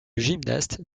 gymnaste